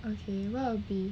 okay what will be the